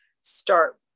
start